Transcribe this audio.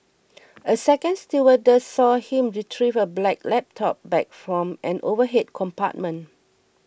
a second stewardess saw him retrieve a black laptop bag from an overhead compartment